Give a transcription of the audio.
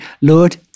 Lord